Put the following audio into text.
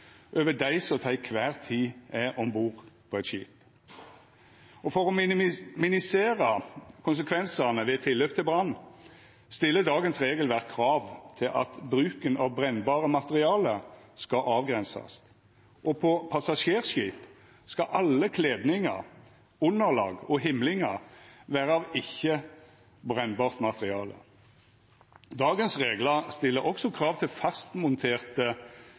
over dei som til kvar tid er om bord på eit skip. For å minimera konsekvensane ved tillaup til brann stiller regelverket i dag krav til at bruken av brennbare materiale skal avgrensast, og på passasjerskip skal alle kledningar, underlag og himlingar vera av ikkje-brennbart materiale. Reglane stiller i dag også krav til fastmonterte